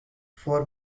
for